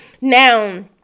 Now